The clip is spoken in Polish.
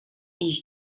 iść